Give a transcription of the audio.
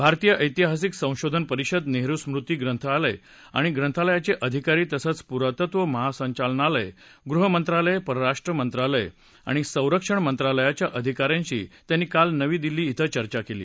भारतीय ऐतिहासिक संशोधन परिषद नेहरु स्मृती संग्रहालय आणि ग्रंथालयाचे अधिकारी तसंच पुरातत्व महासंचालनालय गृहमंत्रालय परराष्ट्रमंत्रालय आणि संरक्षण मंत्रालयाच्या अधिका यांशी त्यांनी काल नवी दिल्ली धें चर्चा केली